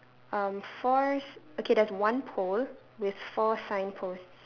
um four okay there's one pole with four signposts